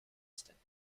stayed